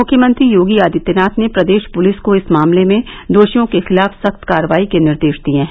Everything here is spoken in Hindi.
मुख्यमंत्री योगी आदित्यनाथ ने प्रदेश पुलिस को इस मामले में दोषियों के खिलाफ सख्त कार्रवाई के निर्देश दिये हैं